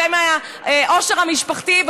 בשם העושר המשפחתי,